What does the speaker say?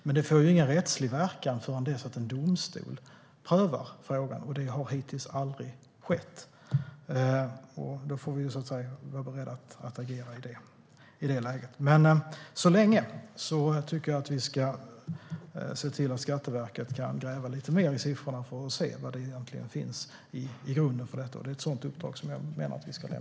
Men det får ingen rättslig verkan förrän dess att en domstol prövar frågan, och det har hittills aldrig skett. Vi får som sagt vara beredda att agera om det läget uppstår. Så länge tycker jag att vi ska se till att Skatteverket kan gräva lite mer i siffrorna för att se vad som egentligen finns i grunden för detta, och det är ett sådant uppdrag som jag menar att vi ska ge.